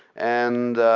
and